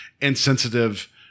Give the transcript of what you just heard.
insensitive